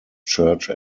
church